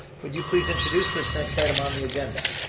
would you please introduce this next item on the agenda.